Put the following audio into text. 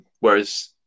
Whereas